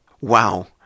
Wow